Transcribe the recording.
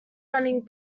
running